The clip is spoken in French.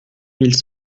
mille